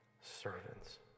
servants